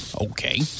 okay